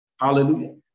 Hallelujah